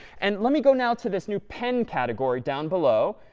and let me go now to this new pen category down below.